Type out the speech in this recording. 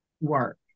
work